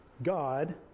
God